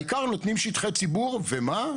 העיקר נותנים שטחי ציבור ומה?